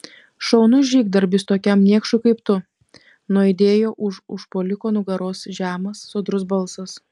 šaunus žygdarbis tokiam niekšui kaip tu nuaidėjo už užpuoliko nugaros žemas sodrus balsas